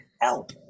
help